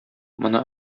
моны